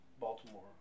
Baltimore